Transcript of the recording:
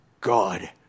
God